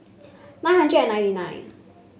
nine hundred and ninety nine